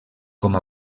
com